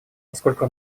поскольку